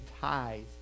tithes